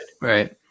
Right